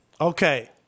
Okay